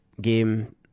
game